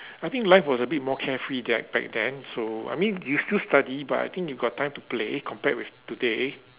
I think life was a bit more carefree there back then so I mean you still study but I think you got time to play compared with today